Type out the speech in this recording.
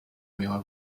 miała